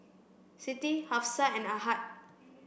Siti Hafsa and Ahad